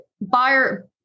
buyer